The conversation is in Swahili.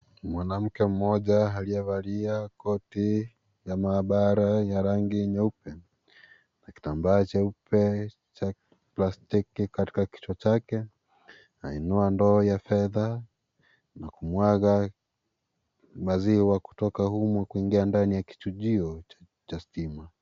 Mwanamke mmoja aliyevalia koti ya maabara ya rangi nyeupe na kitambaa jeupe cha plastiki katika kituo chake. Ainua ndoo ya fedha na kumwaga maziwa kutoka humu ndani ya kichujio cha stima.